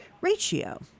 ratio